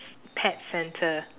pet centre